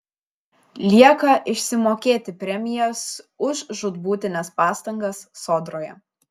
lieka išsimokėti premijas už žūtbūtines pastangas sodroje